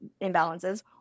imbalances